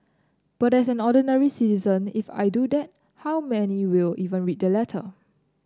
but as an ordinary citizen if I do that how many will even read the letter